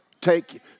Take